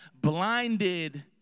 blinded